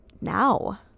now